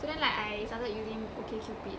so then like I started using OkCupid